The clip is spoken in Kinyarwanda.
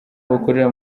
bakorera